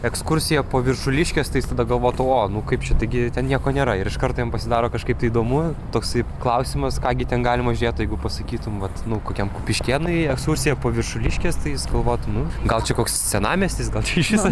ekskursija po viršuliškes tai jis tada galvotų o nu kaip čia taigi ten nieko nėra ir iškart jam pasidaro kažkaip tai įdomu toksai klausimas ką gi ten galima žiūrėt jeigu pasakytum vat nu kokiam kupiškėnui ekskursija po viršuliškes tai jis galvotų nu gal čia koks senamiestis gal čia iš viso